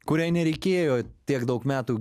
kuriai nereikėjo tiek daug metų